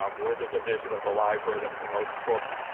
um we're the division of the library that promotes books,